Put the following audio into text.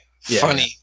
Funny